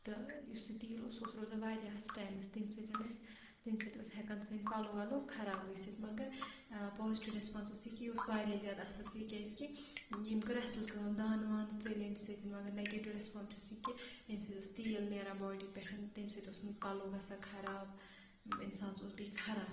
تہٕ یُس یہِ تیٖل اوس سُہ اوس روزان واریاہَس ٹایمَس تہٕ تمہِ سۭتۍ أسۍ تمہِ سۭتۍ اوس ہیٚکان سٲنۍ پَلو وَلو خراب گٔژھِتھ مگر پازٹِو ریسپانٕس اوس یہِ کہِ یہِ اوس واریاہ زیادٕ اَصٕل تِکیٛازِکہِ یٔمۍ کٔر اَصٕل کٲم دانہٕ وانہٕ ژٔلۍ اَمہِ سۭتۍ مگر نَگیٹِو ریسپانٕس چھُس یہِ کہِ یٔمۍ سۭتۍ اوس تیٖل نیران باڈی پٮ۪ٹھ تٔمۍ سۭتۍ اوس پَلو گژھان خراب اِنسانَس اوس بیٚیہِ کھَران